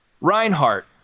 Reinhardt